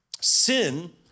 sin